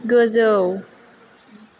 गोजौ